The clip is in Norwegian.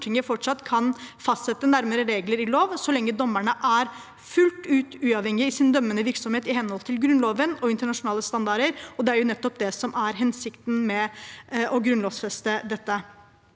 fortsatt kan fastsette nærmere regler i lov, så lenge dommerne er fullt ut uavhengige i sin dømmende virksomhet, i henhold til Grunnloven og internasjonale standarder, og det er nettopp det som er hensikten med å grunnlovfeste dette.